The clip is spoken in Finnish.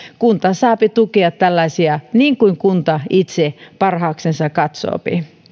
kunta saa tukea tällaisia niin kuin kunta itse parhaaksensa katsoo